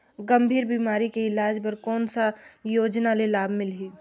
गंभीर बीमारी के इलाज बर कौन सा योजना ले लाभ मिलही?